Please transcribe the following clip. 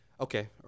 Okay